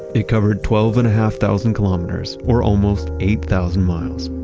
it covered twelve and a half thousand kilometers or almost eight thousand miles.